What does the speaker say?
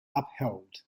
upheld